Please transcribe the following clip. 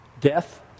death